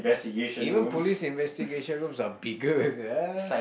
even police investigation rooms are bigger sia